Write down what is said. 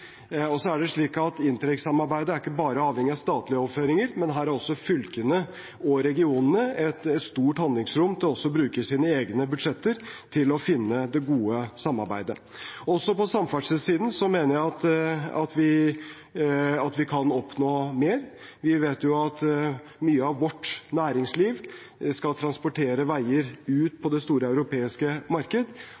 Så er det slik at Interreg-samarbeidet er ikke bare avhengig av statlige overføringer, men her har også fylkene og regionene et stort handlingsrom til å bruke sine egne budsjetter til å finne det gode samarbeidet. Også på samferdselssiden mener jeg at vi kan oppnå mer. Vi vet jo at mye av vårt næringsliv skal transportere på veier ut